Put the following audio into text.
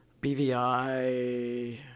BVI